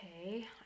okay